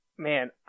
Man